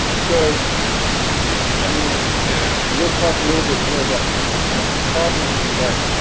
so if i mean we'll talk a little bit more about some of the common problems but